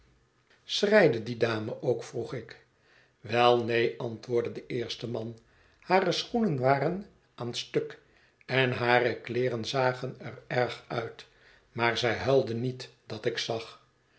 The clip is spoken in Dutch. schreide die dame ook vroeg ik wel neen antwoordde de eerste man hare schoenen waren aan stuk en hare kleeren zagen er erg uit maar zij huilde niet dat ik zag